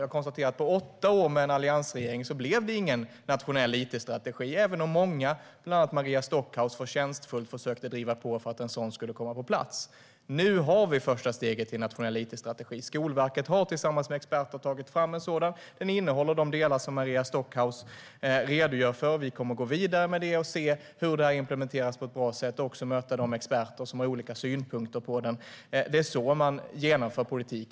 Jag konstaterar att det på åtta år med en alliansregering inte blev någon nationell it-strategi, även om många - bland andra Maria Stockhaus - förtjänstfullt försökte driva på för att en sådan skulle komma på plats. Nu har vi tagit första steget mot en nationell it-strategi. Skolverket har, tillsammans med experter, tagit fram en sådan. Den innehåller de delar som Maria Stockhaus redogör för. Vi kommer att gå vidare med det och se hur det kan implementeras på ett bra sätt. Vi kommer också att möta de experter som har olika synpunkter på den. Det är så man genomför politik.